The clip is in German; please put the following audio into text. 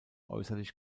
äußerlich